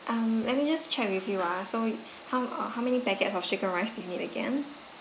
um let me just check with you ah so how uh how many packets of chicken rice do you need again